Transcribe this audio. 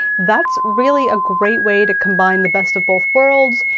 that's really a great way to combine the best of both worlds.